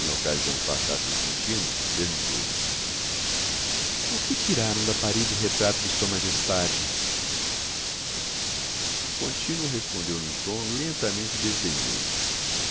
na ocasião passasse um continuo perguntou-lhe por que tiraram da parede o retrato de sua majestade o contínuo respondeu num tom lentamente desdenhoso